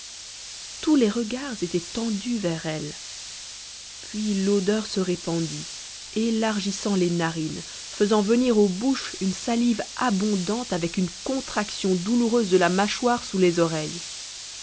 tous les regards étaient tendus vers elle puis l'odeur se répandit élargissant les narines faisant venir aux bouches une salive abondante avec une contraction douloureuse de la mâchoire sous les oreilles